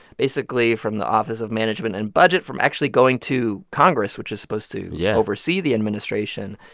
basically from the office of management and budget from actually going to congress, which is supposed to. yeah. oversee the administration.